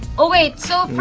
okay, so